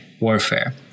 warfare